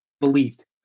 believed